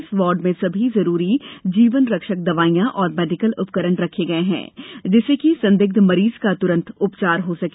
इस वार्ड में सभी जरूरी जीवन रक्षक दवाईयां और मेडिकल उपकरण रखे गये हैं जिससे कि संदिग्ध मरीज का तुरन्त उपचार हो सके